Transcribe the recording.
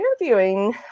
interviewing